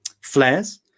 flares